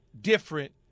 different